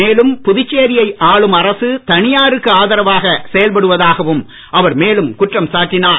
மேலும் புதுச்சேரியை ஆளும் அரசு தனியாருக்கு ஆதரவாக செயல்படுவதாகவும் அவர் மேலும் குற்றம் சாட்டினார்